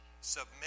submit